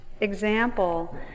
example